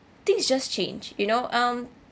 things just change you know um